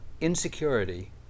insecurity